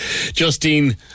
Justine